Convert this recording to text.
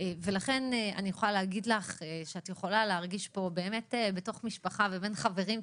ולכן אני יכולה להגיד לך שאת יכולה להרגיש פה בתוך משפחה ובין חברים,